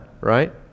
right